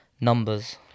numbers